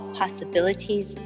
possibilities